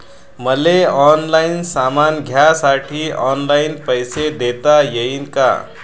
मले ऑनलाईन सामान घ्यासाठी ऑनलाईन पैसे देता येईन का?